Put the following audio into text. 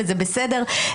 וזה בסדר,